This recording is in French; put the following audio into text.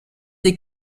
des